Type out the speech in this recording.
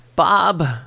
Bob